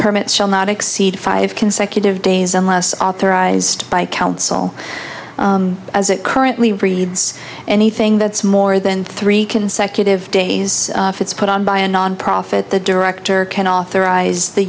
permits shall not exceed five consecutive days unless authorized by counsel as it currently reads anything that's more than three consecutive days if it's put on by a nonprofit the director can authorize the